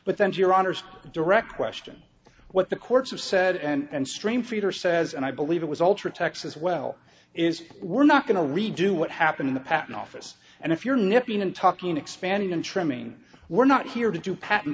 but then to your honor's direct question what the courts have said and stream feeder says and i believe it was all true texas well is we're not going to redo what happened in the patent office and if you're nipping and talking and expanding and trimming we're not here to do pat